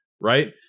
right